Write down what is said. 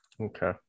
Okay